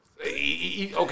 Okay